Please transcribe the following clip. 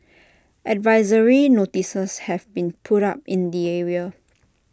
advisory notices have been put up in the area